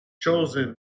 chosen